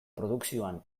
produkzioan